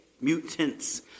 Mutants